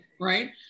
right